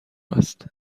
است